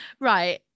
Right